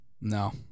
No